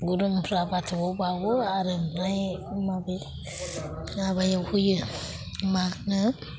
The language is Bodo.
गोदोनिफ्रा बाथौयाव बावो आरो ओमफ्राय माबे माबायाव होयो मा होनो